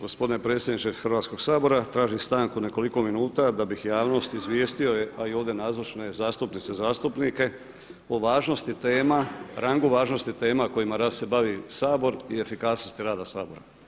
Gospodine predsjedniče Hrvatskoga sabora, tražim stanku nekoliko minuta da bih javnost izvijestio, a i ovdje nazočne zastupnice i zastupnike o važnosti tema, rangu važnosti tema kojima … se bavi Sabor i efikasnost rada Sabora.